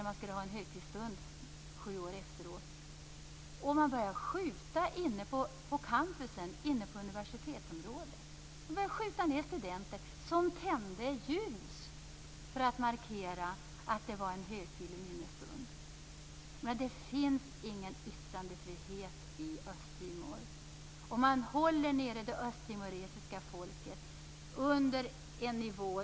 En högtidsstund skulle hållas sju år efteråt. Man började skjuta på campusområdet vid universitetet. Man började skjuta ned studenter som tände ljus för att markera att det var en högtidlig minnesstund. Det finns ingen yttrandefrihet i Östtimor. Det östtimoresiska folket hålls ned under en nivå.